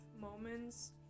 moments